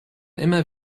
immer